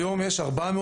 היום יש 400